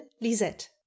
Lisette